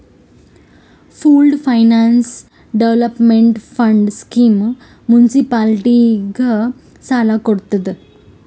pooled finance development fund scheme ಮುನ್ಸಿಪಾಲಿಟಿಗ ಸಾಲ ಕೊಡ್ತುದ್